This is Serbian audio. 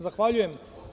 Zahvaljujem.